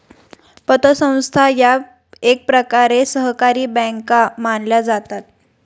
पतसंस्था या एकप्रकारे सहकारी बँका मानल्या जातात